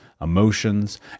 emotions